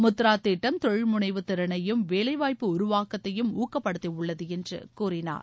முத்ரா திட்டம் தொழில்முனைவு திறனையும் வேலைவாய்ப்பு உருவாக்கத்தையும் ஊக்கப்படுத்தியுள்ளது என்று கூறினார்